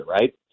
right